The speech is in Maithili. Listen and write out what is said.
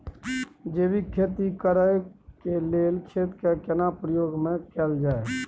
जैविक खेती करेक लैल खेत के केना प्रयोग में कैल जाय?